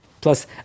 Plus